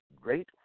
great